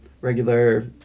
regular